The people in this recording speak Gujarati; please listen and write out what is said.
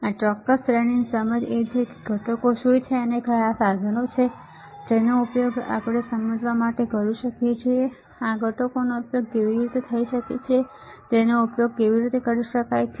આ ચોક્કસ શ્રેણી વિશેની સમજ એ છે કે ઘટકો શું છે અને કયા સાધનો છે જેનો ઉપયોગ આપણે સમજવા માટે કરી શકીએ છીએ કે આ ઘટકોનો ઉપયોગ કેવી રીતે થઈ શકે છે તેનો ઉપયોગ કરી શકાય છે